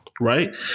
Right